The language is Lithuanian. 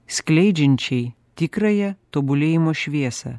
skleidžiančiai tikrąją tobulėjimo šviesą